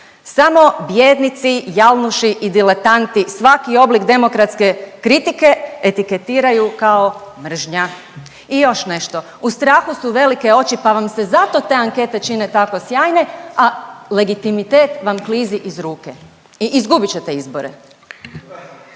Samo bijednici, jalnuši i diletanti svaki oblik demokratske kritike etiketiraju kao mržnja. I još nešto u strahu su velike oči pa vam se zato te ankete čine tako sjajne, a legitimitet vam klizi iz ruke i izgubit ćete izbore.